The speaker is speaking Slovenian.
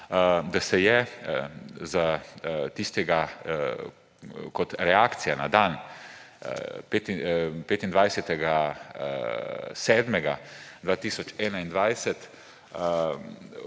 da se je za tistega, kot reakcija na dan 25.